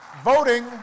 Voting